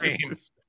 games